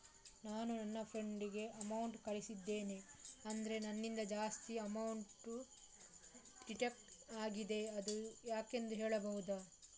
ನಾನು ನನ್ನ ಫ್ರೆಂಡ್ ಗೆ ಅಮೌಂಟ್ ಕಳ್ಸಿದ್ದೇನೆ ಆದ್ರೆ ನನ್ನಿಂದ ಜಾಸ್ತಿ ಅಮೌಂಟ್ ಡಿಡಕ್ಟ್ ಆಗಿದೆ ಅದು ಯಾಕೆಂದು ಹೇಳ್ಬಹುದಾ?